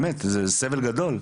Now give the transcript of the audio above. וזה באמת סבל גדול,